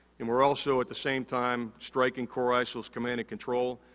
and, we're also, at the same time, striking core isil's command and control,